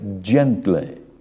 gently